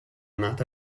nata